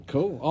Cool